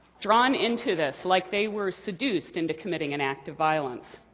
drawn into this like they were seduced into committing an act of violence.